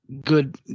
good